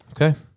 Okay